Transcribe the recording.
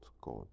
God